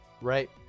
right